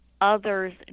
others